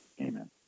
Amen